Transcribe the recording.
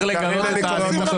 נסיים פה את הדיון, נלך להפגנות.